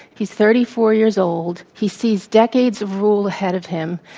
he's thirty four years old. he sees decades of rule ahead of him.